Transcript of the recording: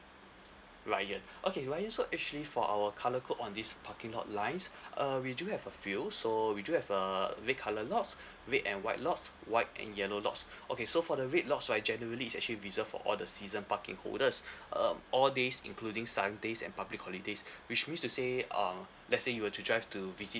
ryan okay ryan so actually for our colour code on these parking lot lines uh we do have a few so we do have err red colour lots red and white lots white and yellow lots okay so for the red lots right generally it's actually reserved for all the season parking holders um all these including sundays and public holidays which means to say uh let's say you were to drive to visit